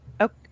Okay